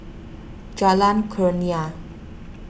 Jalan Kurnia